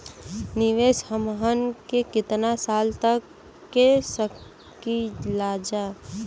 निवेश हमहन के कितना साल तक के सकीलाजा?